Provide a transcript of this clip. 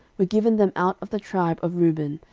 were given them out of the tribe of reuben,